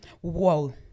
whoa